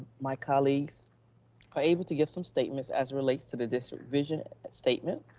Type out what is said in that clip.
my colleagues are able to give some statements as relates to the district vision statement.